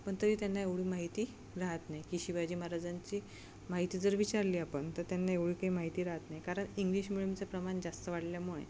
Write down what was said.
पण तरी त्यांना एवढी माहिती राहत नाही की शिवाजी महाराजांची माहिती जर विचारली आपण तर त्यांना एवढी काही माहिती राहत नाही कारण इंग्लिश मिडियमचं प्रमाण जास्त वाढल्यामुळे